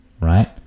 right